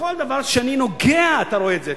אדוני, בכל דבר שאני נוגע אתה רואה את זה.